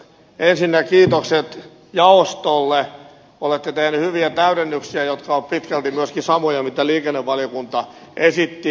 ensinnä kiitokset jaostolle olette tehneet hyviä täydennyksiä jotka ovat pitkälti myöskin samoja kuin liikennevaliokunta esitti